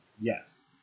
Yes